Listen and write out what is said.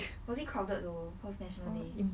was it crowded though cause national day